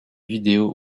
vidéo